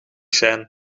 zijn